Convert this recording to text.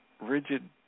rigid